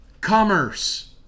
commerce